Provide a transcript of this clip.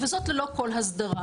וזאת ללא כל הסדרה.